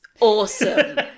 Awesome